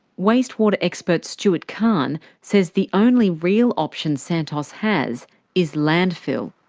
wastewater expert stuart khan says the only real option santos has is landfill.